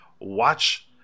watch